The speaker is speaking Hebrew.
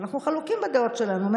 ואנחנו חלוקים מאוד בדעות שלנו,